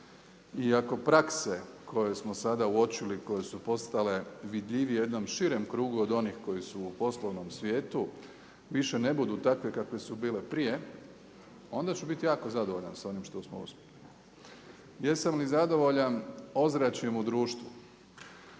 I ako prakse koje smo sada uočili, koje su postale vidljivije jednom širem krugu od onih koje su u poslovnom svijetu više ne budu takve kakve su bile prije, onda ću biti jako zadovoljan sa onim što smo uspjeli. Jesam li zadovoljan ozračjem u društvu?